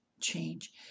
change